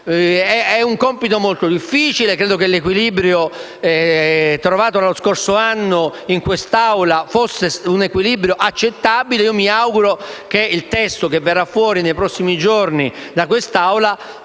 È un compito molto difficile. Credo che l'equilibrio trovato lo scorso anno in quest'Aula fosse accettabile. Mi auguro che il testo che verrà fuori nei prossimi giorni in quest'Aula